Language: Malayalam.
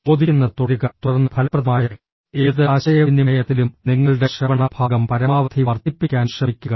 ചോദിക്കുന്നത് തുടരുക തുടർന്ന് ഫലപ്രദമായ ഏത് ആശയവിനിമയത്തിലും നിങ്ങളുടെ ശ്രവണ ഭാഗം പരമാവധി വർദ്ധിപ്പിക്കാൻ ശ്രമിക്കുക